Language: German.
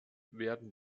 werden